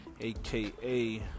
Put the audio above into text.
AKA